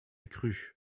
crut